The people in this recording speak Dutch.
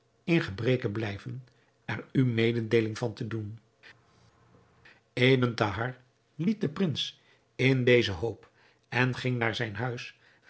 in gebreke blijven er u mededeeling van te doen ebn thahar liet den prins in deze hoop en ging naar zijn huis